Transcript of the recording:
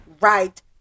right